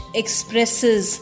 expresses